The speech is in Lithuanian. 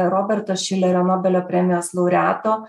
roberto šilerio nobelio premijos laureato